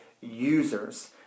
users